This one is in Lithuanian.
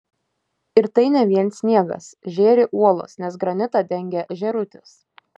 ir tai ne vien sniegas žėri uolos nes granitą dengia žėrutis